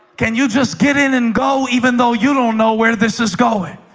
can you just get in and go even though you don't know where this is going